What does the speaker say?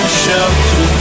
shelter